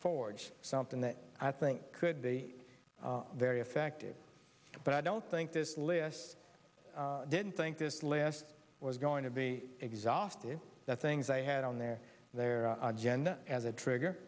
forge something that i think could be very effective but i don't think this list didn't think this list was going to be exhausted that things i had on their their agenda as a trigger